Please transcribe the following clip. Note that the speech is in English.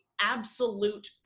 absolute